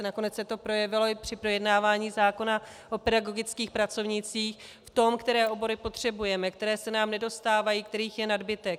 Nakonec se to projevilo i při projednávání zákona o pedagogických pracovnících v tom, které obory potřebujeme, které se nám nedostávají, kterých je nadbytek.